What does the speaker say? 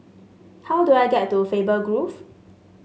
how do I get to Faber Grove